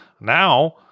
Now